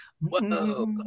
Whoa